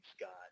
Scott